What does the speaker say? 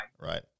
Right